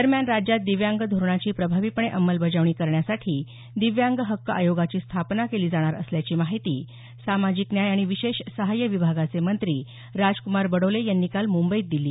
दरम्यान राज्यात दिव्यांग धोरणाची प्रभावीपणे अंमलबजावणी करण्यासाठी दिव्यांग हक्क आयोगाची स्थापना केली जाणार असल्याची माहिती सामाजिक न्याय आणि विशेष सहाय विभागाचे मंत्री राजक्मार बडोले यांनी काल मुंबईत दिली